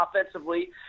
offensively